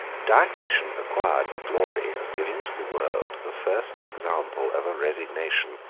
diocletian acquired the glory of giving to the world the first example of a resignation,